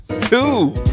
two